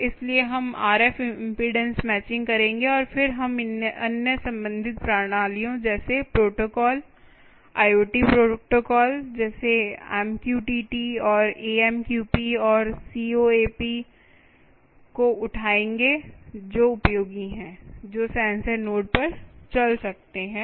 इसलिए हम RF impedance matching करेंगे और फिर हम अन्य संबंधित प्रणालियों जैसे प्रोटोकॉल IoT प्रोटोकॉल जैसे MQTT और AMQP और COAP को उठाएंगे जो उपयोगी हैं जो सेंसर नोड पर चल सकते हैं